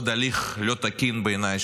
הליך לא תקין בעיניי,